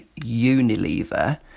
Unilever